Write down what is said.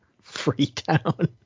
Freetown